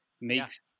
makes